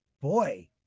boy